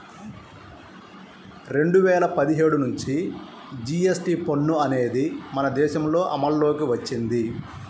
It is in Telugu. రెండు వేల పదిహేడు నుంచి జీఎస్టీ పన్ను అనేది మన దేశంలో అమల్లోకి వచ్చింది